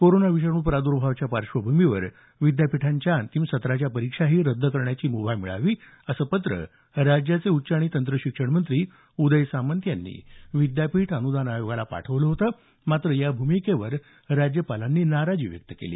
corona विषाणू प्रादुर्भावाच्या पार्श्वभूमीवर विद्यापीठांच्या अंतिम सत्राच्या परीक्षाही रद्द करण्याची मुभा मिळावी असं पत्र राज्याचे उच्च आणि तंत्र शिक्षण मंत्री उदय सामंत यांनी विद्यापीठ अनुदान आयोगाला पाठवलं होतं मात्र या भूमिकेवर राज्यपालांनी नाराजी व्यक्त केली